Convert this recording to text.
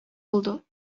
oldu